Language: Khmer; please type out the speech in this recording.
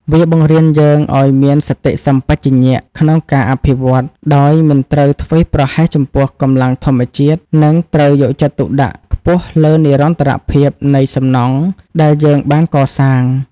វាបង្រៀនយើងឱ្យមានសតិសម្បជញ្ញៈក្នុងការអភិវឌ្ឍ ដោយមិនត្រូវធ្វេសប្រហែសចំពោះកម្លាំងធម្មជាតិ និងត្រូវយកចិត្តទុកដាក់ខ្ពស់លើនិរន្តរភាពនៃសំណង់ដែលយើងបានកសាង។